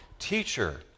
Teacher